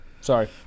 Sorry